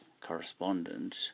correspondent